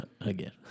Again